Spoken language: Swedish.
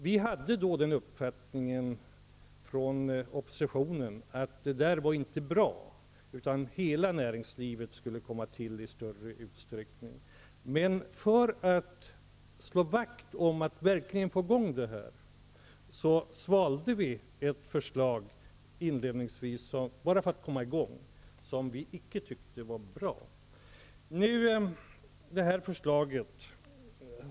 Fru talman! Åren 1984--1985 hade vi många diskussioner i denna kammare. Det gällde då den socialdemokratiska regeringens förslag om ungdomslag. I dessa skulle man arbeta på halvtid, och i stort sett skulle alla lag sättas in i kommunerna, i landstingen eller på det statliga området. Vi hade inom oppositionen den uppfattningen att detta inte var bra och menade att näringslivet i övrigt i större utsträckning skulle innefattas av förslaget.